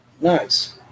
Nice